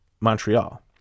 Montreal